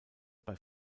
bei